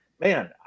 man